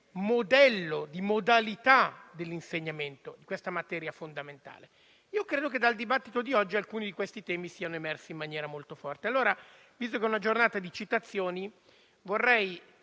modello e di modalità dell'insegnamento di questa materia fondamentale. Credo che dal dibattito di oggi alcuni di questi temi siano emersi in maniera molto forte. Visto che quella odierna è una giornata di citazioni, nello